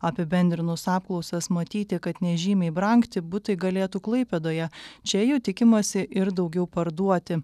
apibendrinus apklausas matyti kad nežymiai brangti butai galėtų klaipėdoje čia jų tikimasi ir daugiau parduoti